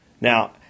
Now